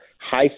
high